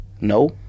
No